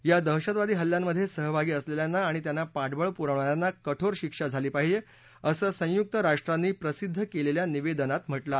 या दहशतवादी हल्ल्यांमध्ये सहभागी असलेल्यांना आणि त्यांना पाठबळ पुरवणाऱ्यांन कठोर शिक्षा झाली पाहिजे असं संयुक राष्ट्रांनी प्रसिद्ध केलेल्या निवेदनात म्हटलं आहे